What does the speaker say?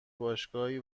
باشگاهی